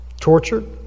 tortured